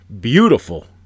beautiful